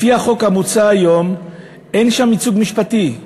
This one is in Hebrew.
לפי החוק המוצע היום אין שם ייצוג משפטי.